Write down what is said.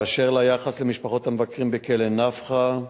באשר ליחס למשפחות המבקרים בכלא "נפחא",